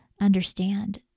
understand